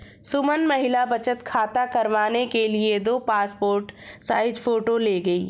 सुमन महिला बचत खाता करवाने के लिए दो पासपोर्ट साइज फोटो ले गई